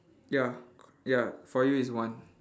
ya c~ ya for you is one